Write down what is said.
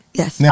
yes